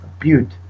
Butte